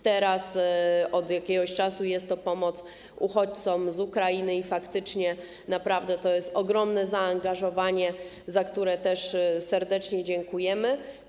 Teraz, od jakiegoś czasu jest to pomoc uchodźcom z Ukrainy i faktycznie, naprawdę to jest ogromne zaangażowanie, za które też serdecznie dziękujemy.